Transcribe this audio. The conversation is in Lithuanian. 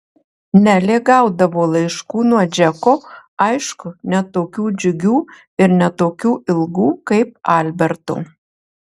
nelė gaudavo laiškų nuo džeko aišku ne tokių džiugių ir ne tokių ilgų kaip alberto